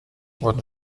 wurden